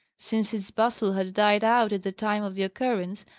since its bustle had died out at the time of the occurrence,